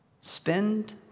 Spend